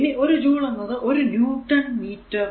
ഇനി ഒരു ജൂൾ എന്നത് 1 ന്യൂട്ടൺ മീറ്റർ Newton meter